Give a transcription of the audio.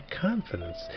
confidence